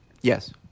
Yes